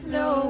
no